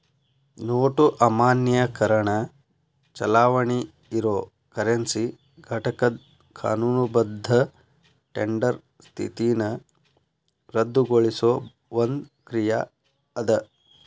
note ಅಮಾನ್ಯೇಕರಣ ಚಲಾವಣಿ ಇರೊ ಕರೆನ್ಸಿ ಘಟಕದ್ ಕಾನೂನುಬದ್ಧ ಟೆಂಡರ್ ಸ್ಥಿತಿನ ರದ್ದುಗೊಳಿಸೊ ಒಂದ್ ಕ್ರಿಯಾ ಅದ